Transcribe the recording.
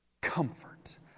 comfort